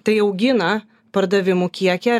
tai augina pardavimų kiekį ar